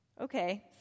Okay